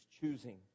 choosing